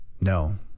No